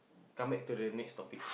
come back to the next topic